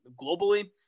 globally